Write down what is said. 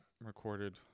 recorded